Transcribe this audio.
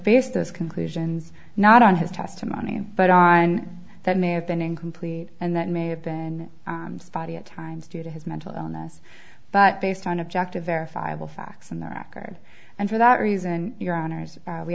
this conclusions not on his testimony but on that may have been incomplete and that may have been body at times due to his mental illness but based on objective verifiable facts on the record and for that reason your honor as we